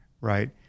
right